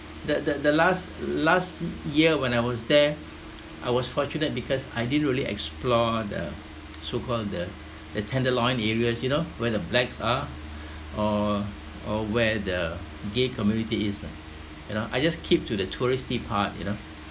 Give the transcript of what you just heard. the the last last year when I was there I was fortunate because I didn't really explore the so called the the tenderloin areas you know where the blacks are or or where the gay community is lah you know I just keep to the touristy part you know